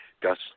Gus